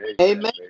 Amen